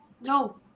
No